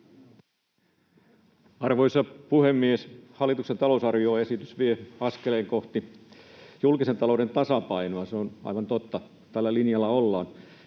Arvoisa puhemies! Hallituksen talousarvioesitys vie askeleen kohti julkisen talouden tasapainoa — se on aivan totta, tällä linjalla ollaan